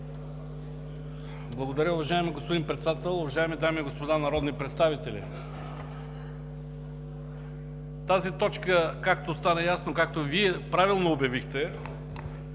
Благодаря. Уважаеми господин Председател, уважаеми дами и господа народни представители! По тази точка, както стана ясно, както Вие правилно обявихте,